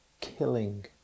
killing